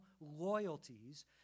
loyalties